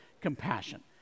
compassion